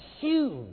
huge